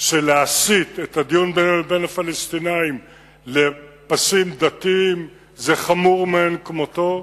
שלהסיט את הדיון בינינו לבין הפלסטינים לפסים דתיים זה חמור מאין כמותו,